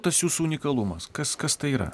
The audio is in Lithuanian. tas jūsų unikalumas kas kas tai yra